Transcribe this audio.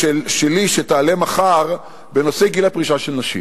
שלי, שתעלה מחר, בנושא גיל הפרישה של נשים.